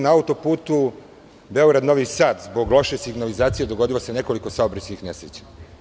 Na autoputu Beograd-Novi Sad zbog loše signalizacije dogodilo se nekoliko saobraćajnih nesreća.